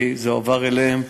כי זה הועבר אליהם,